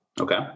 Okay